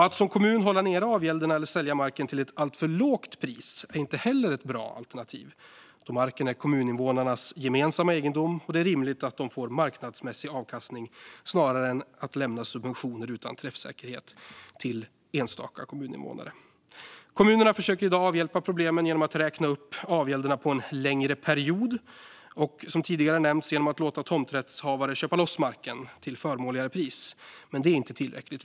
Att som kommun hålla nere avgälderna eller sälja marken till ett alltför lågt pris är inte heller ett bra alternativ, då marken är kommuninvånarnas gemensamma egendom och det är rimligt att de får marknadsmässig avkastning snarare än lämnar subventioner utan träffsäkerhet till enstaka kommuninvånare. Kommunerna försöker i dag avhjälpa problemen genom att räkna upp avgälderna på en längre period och, som tidigare nämnts, genom att låta tomträttshavare köpa loss marken till förmånligare pris, men det är inte tillräckligt.